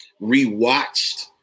rewatched